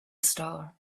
star